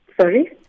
Sorry